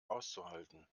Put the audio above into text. auszuhalten